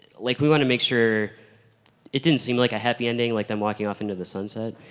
like we want to make sure it didn't seem like a happy ending like them walking off into the sunset.